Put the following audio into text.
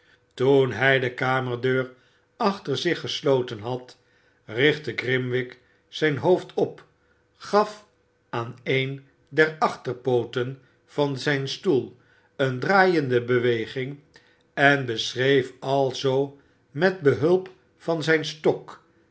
toen hij de kamerdeur achter zich gesloten had richtte orimwig zijn hoofd op gaf aan een der achterpooten van zijn stoel eene draaiende beweging en beschreef alzoo met behulp van zijn stok